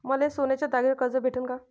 मले सोन्याच्या दागिन्यावर कर्ज भेटन का?